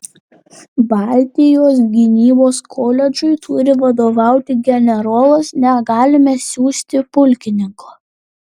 baltijos gynybos koledžui turi vadovauti generolas negalime siųsti pulkininko